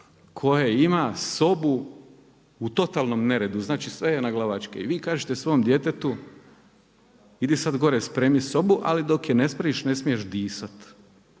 koje ima sobu u totalnom neredu, znači sve je naglavačke. I vi kažete svom djetetu, idi sada gore spremi sobu ali dok je ne spremiš ne smiješ disat.